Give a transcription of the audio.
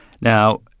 Now